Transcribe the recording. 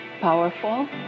powerful